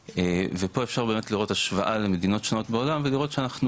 ופה אפשר באמת לראות השוואה למדינות שונות בעולם ולראות שאנחנו